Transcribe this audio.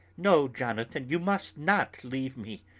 no! jonathan, you must not leave me.